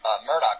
Murdoch